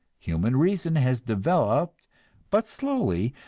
human reason has developed but slowly,